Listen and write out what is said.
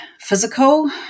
physical